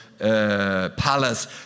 Palace